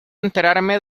enterarme